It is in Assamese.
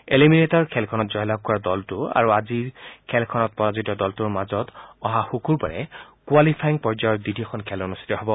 এলিমিনেটেৰ খেলখনত জয়লাভ কৰা দলটো আৰু আজিৰ খেলখনত পৰাজিত দলটোৰ মাজত অহা শুকুৰবাৰে কোৱালিফায়িং পৰ্যায়ৰ দ্বিতীয়খন খেল অনুষ্ঠিত হ'ব